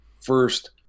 first